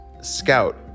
Scout